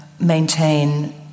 maintain